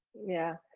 yeah,